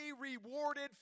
rewarded